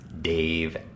Dave